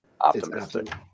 Optimistic